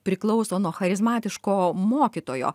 priklauso nuo charizmatiško mokytojo